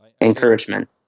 encouragement